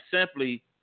Simply